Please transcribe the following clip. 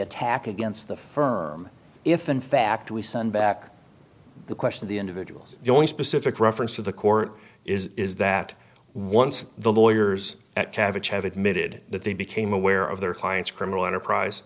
attack against the firm if in fact we send back the question of the individuals the only specific reference to the court is is that once the lawyers at kava chev admitted that they became aware of their client's criminal enterprise